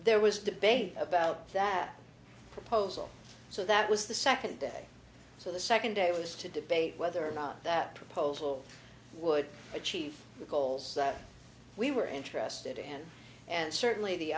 there was debate about that proposal so that was the second day so the second day was to debate whether or not that proposal would achieve the goals that we were interested in and certainly the